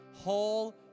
whole